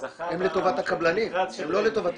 הם לטובת הקבלנים, הם לא לטובתנו.